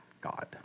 God